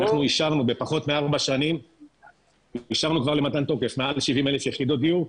אישרנו כבר למתן תוקף מעל 70 אלף יחידות דיור,